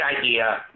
idea